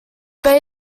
bay